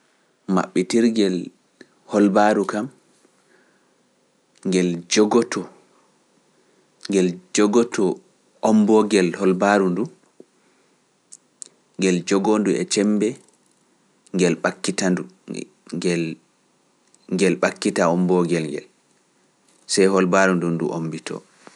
Maɓɓitirgel holbaaru kam, ngel jogoto, ngel jogoto ommboogel holbaaru nduu, ngel jogoo-ndu e cemmbe ngel ɓakkita-ndu, ngel, ngel ɓakkita ommboogel ngel, sey holbaaru ndun ndu ommbitoo.